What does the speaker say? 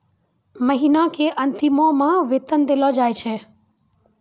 महिना के अंतिमो मे वेतन देलो जाय छै